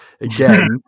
again